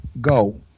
go